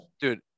Dude